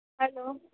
hello